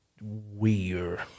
weird